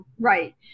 right